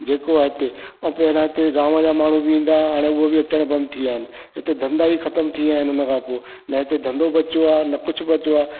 जेको आहे इते ऐं पहिरियां इते गांव जा माण्हू बि ईंदा हुआ हाणे उहे बि अचणु बंद थी विया आहिनि हिते धंधा ई ख़तमु थी विया आहिनि उन खां पोइ न हिते धंधो बचो आहे न कुझु बचो आहे